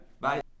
Bye